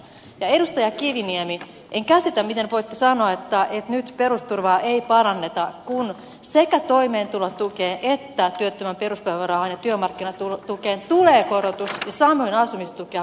edustaja kiviniemi en käsitä miten voitte sanoa että nyt perusturvaa ei paranneta kun sekä toimeentulotukeen että työttömän peruspäivärahaan ja työmarkkinatukeen tulee korotus ja samoin asumistukea parannetaan